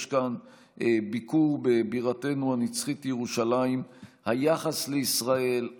כאן וביקור בבירתנו הנצחית ירושלים היחס לישראל,